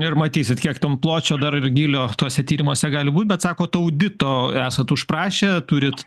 ir matysit kiek tam pločio dar ir gylio tuose tyrimuose gali būt bet sakote audito esat užprašę turit